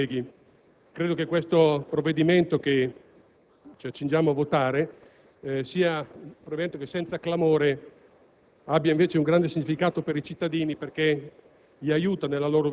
Signor Presidente, signor Ministro, illustri colleghi, credo che il provvedimento che ci accingiamo a votare, probabilmente senza clamore,